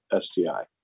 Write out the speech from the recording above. STI